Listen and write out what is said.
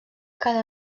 cada